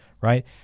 right